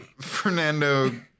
Fernando